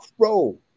crow